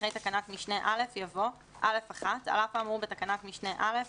אחרי תקנת משנה (א) יבוא: "(א1)על אף האמור בתקנת משנה (א),